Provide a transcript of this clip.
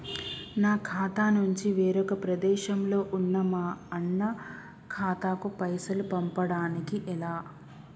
నా ఖాతా నుంచి వేరొక ప్రదేశంలో ఉన్న మా అన్న ఖాతాకు పైసలు పంపడానికి ఎలా?